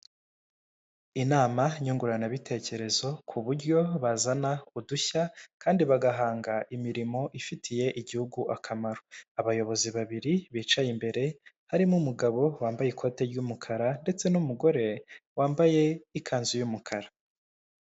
Inama nyunguranabitekerezo ku buryo bazana udushya kandi bagahanga imirimo ifitiye igihugu akamaro abayobozi babiri bicaye imbere harimo umugabo wambaye ikoti ry'umukara ndetse n'umugore wambaye ikanzu y'umukara.